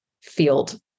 field